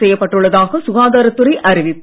செய்யப் பட்டுள்ளதாக சுகாதாரத் துறை அறிவிப்பு